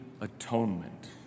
atonement